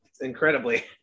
incredibly